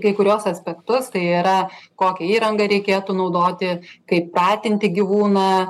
kai kuriuos aspektus tai yra kokią įrangą reikėtų naudoti kaip pratinti gyvūną